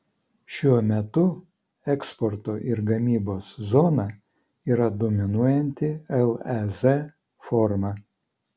šiuo metu eksporto ir gamybos zona yra dominuojanti lez forma